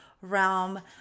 realm